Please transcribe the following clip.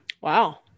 Wow